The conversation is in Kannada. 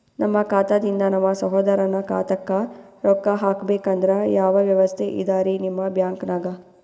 ನಮ್ಮ ಖಾತಾದಿಂದ ನಮ್ಮ ಸಹೋದರನ ಖಾತಾಕ್ಕಾ ರೊಕ್ಕಾ ಹಾಕ್ಬೇಕಂದ್ರ ಯಾವ ವ್ಯವಸ್ಥೆ ಇದರೀ ನಿಮ್ಮ ಬ್ಯಾಂಕ್ನಾಗ?